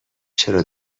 چرا